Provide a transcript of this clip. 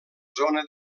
zona